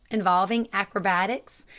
involving acrobatics,